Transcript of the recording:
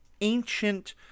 ancient